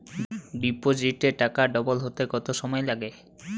ডিপোজিটে টাকা ডবল হতে কত সময় লাগে?